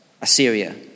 Assyria